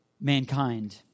mankind